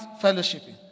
fellowshipping